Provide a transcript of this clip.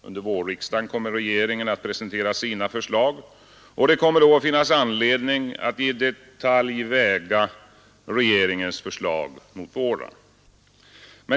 Under vårriksdagen kommer regeringen att presentera sina förslag. Det kommer då att finnas anledning att i detalj väga regeringens förslag mot våra.